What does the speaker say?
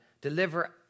deliver